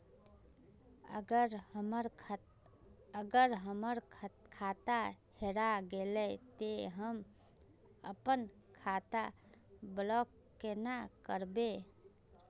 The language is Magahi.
अगर हमर खाता हेरा गेले ते हम अपन खाता ब्लॉक केना करबे?